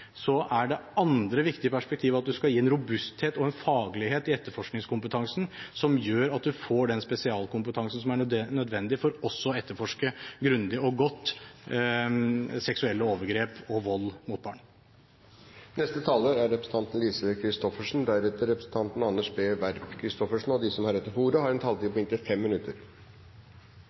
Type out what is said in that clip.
er det andre viktige perspektivet at den skal gi en robusthet og en faglighet i etterforskningskompetansen som gjør at man får den spesialkompetansen som er nødvendig for å etterforske grundig og godt seksuelle overgrep og vold mot barn. La meg aller først – som statsråden – få lov til å takke interpellanten for å reise dette særdeles viktige temaet. Vold i nære relasjoner er et tema som har